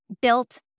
built